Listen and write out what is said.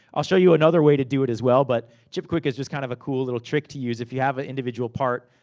i'll show you another way to do it, as well. but, chipquik is just kinda kind of a cool little trick to use, if you have a individual part,